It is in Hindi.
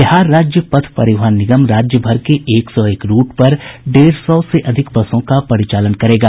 बिहार राज्य पथ परिवहन निगम राज्यभर के एक सौ एक रूट पर डेढ़ सौ से अधिक बसों का परिचालन करेगा